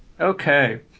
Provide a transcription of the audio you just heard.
Okay